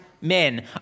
men